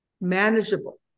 manageable